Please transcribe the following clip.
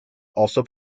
also